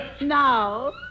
Now